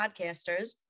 podcasters